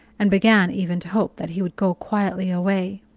and began even to hope that he would go quietly away.